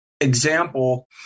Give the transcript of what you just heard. Example